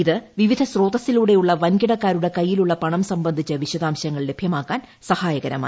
ഇത് വിവിധ സ്രോതസ്റ്റിലൂടെയുള്ള വൻകിടക്കാരുടെ കൈയിലുള്ള പണം സംബന്ധിച്ച് വിശദാംശങ്ങൾ ലഭ്യമാക്കാൻ സഹായകരമായി